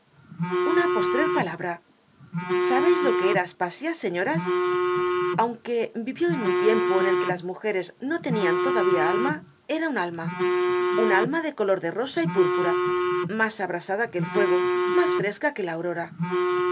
una postrer palabra sabeis lo que era aspasia señoras aunque vivió en un tiempo en que las mujeres no tenian todavía alma era una alma un alma de color de rosa y púrpura mas abrasada que el fuego mas fresca que la aurora